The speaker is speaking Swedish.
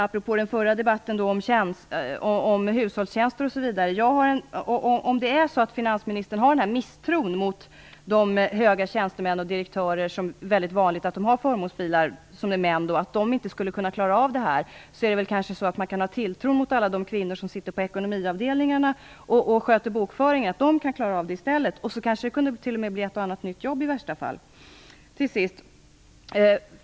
Apropå den föregående debatten om hushållstjänster m.m. vill jag säga att om finansministern hyser misstro mot att de höga tjänstemän och direktörer - män - som vanligen har förmånsbilar inte skulle kunna klara av det här, kan man kanske ha tilltro till att alla kvinnor som arbetar på ekonomiavdelningarna och sköter bokföringen kan klara av detta i stället. Det skulle kanske kunna leda till ett och annat nytt jobb - i värsta fall.